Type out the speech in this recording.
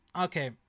Okay